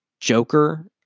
Joker